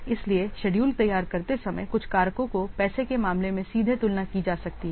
इसलिए शेड्यूल तैयार करते समय कुछ कारकों को पैसे के मामले में सीधे तुलना की जा सकती है